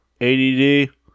ADD